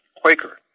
Quaker